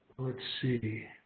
let's see